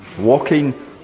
walking